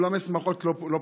אולמות שמחות לא פותחים.